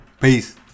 Peace